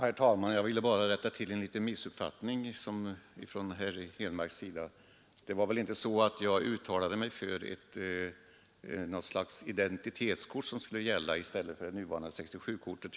Herr talman! Jag vill bara rätta en liten missuppfattning från herr Henmarks sida. Jag uttalade mig väl inte för något slags identitetskort som skulle gälla i stället för det nuvarande 67-kortet.